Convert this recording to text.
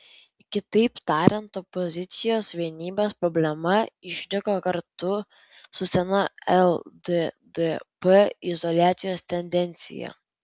kitaip tariant opozicijos vienybės problema išliko kartu su sena lddp izoliacijos tendencija